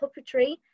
puppetry